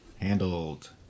Handled